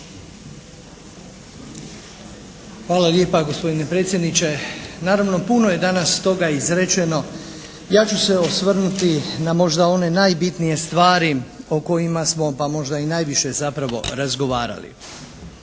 Hvala lijepa gospodine predsjedniče. Naravno puno je danas toga izrečeno. Ja ću se osvrnuti na možda one najbitnije stvari o kojima smo, pa možda i najviše zapravo razgovarali.